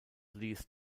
least